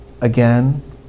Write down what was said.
Again